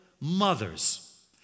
mothers